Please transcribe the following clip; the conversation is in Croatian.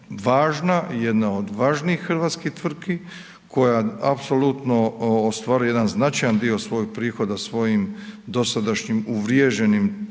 jedna od važnijih hrvatskih tvrtki koja apsolutno ostvaruje jedan značajan dio svojih prihoda svojim dosadašnjim uvriježenim tijekovima